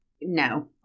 No